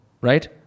right